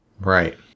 Right